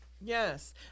Yes